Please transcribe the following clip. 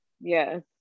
yes